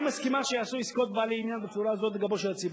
איך היא מסכימה שיעשו עסקאות בעלי עניין בצורה הזאת על גבו של הציבור?